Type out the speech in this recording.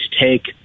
take